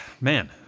man